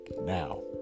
now